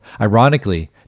Ironically